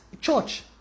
church